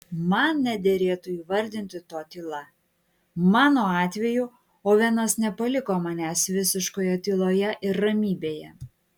man nederėtų įvardinti to tyla mano atveju ovenas nepaliko manęs visiškoje tyloje ir ramybėje